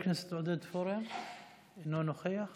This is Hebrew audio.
הוא היה קם ומעודד אותו,